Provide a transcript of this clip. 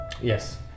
yes